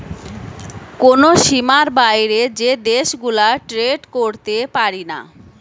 কোন সীমার বাইরে যে দেশ গুলা ট্রেড করতে পারিনা